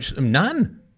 None